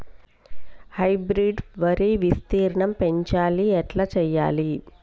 Hybrid వరి విస్తీర్ణం పెంచాలి ఎట్ల చెయ్యాలి?